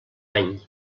any